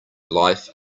life